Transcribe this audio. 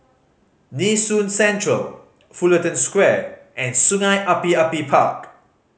Nee Soon Central Fullerton Square and Sungei Api Api Park